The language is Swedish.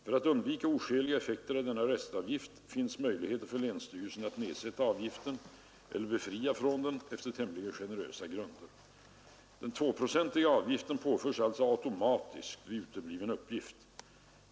För att undvika oskäliga effekter av denna restavgift finns möjlighet för länsstyrelsen att ämligen generösa grunder nedsätta avgiften eller befria från den efter Den tvåprocentiga avgiften påförs alltså automatiskt vid utebliven uppgift.